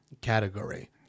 category